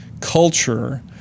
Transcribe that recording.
Culture